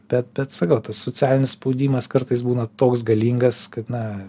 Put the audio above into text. bet bet sakau tas socialinis spaudimas kartais būna toks galingas kad na